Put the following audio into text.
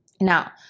now